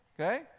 okay